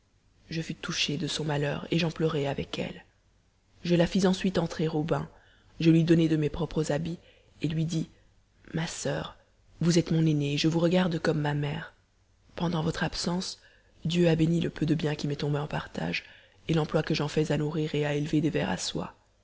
je fus touchée de son malheur et j'en pleurai avec elle je la fis ensuite entrer au bain je lui donnai de mes propres habits et lui dis ma soeur vous êtes mon aînée et je vous regarde comme ma mère pendant votre absence dieu a béni le peu de bien qui m'est tombé en partage et l'emploi que j'en fais à nourrir et à élever des vers à soie